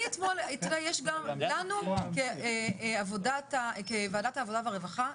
לנו כוועדת העבודה והרווחה,